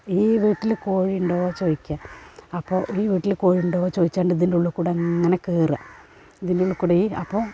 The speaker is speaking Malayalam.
ഈ വീട്ടിൽ കോഴിയുണ്ടോ ചോദിക്കുക അപ്പോൾ ഈ വീട്ടിൽ കോഴിയുണ്ടോ ചോദിച്ചോണ്ടിതിൻറ്റുള്ളിൽ കൂടിങ്ങനെ കേറുക ഇതിൻറ്റുള്ളിൽക്കൂടീ അപ്പോൾ